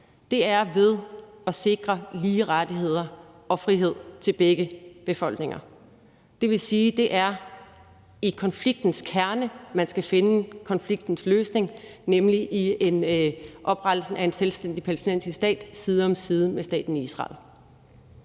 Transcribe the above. på er ved at sikre lige rettigheder og frihed til begge befolkninger. Det vil sige, at det er i konfliktens kerne, at man skal finde konfliktens løsning, nemlig med oprettelsen af en selvstændig palæstinensisk stat side om side med staten Israel.